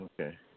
Okay